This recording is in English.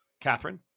Catherine